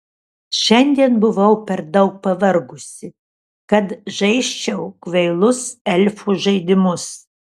šiandien buvau per daug pavargusi kad žaisčiau kvailus elfų žaidimus